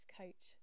coach